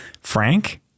Frank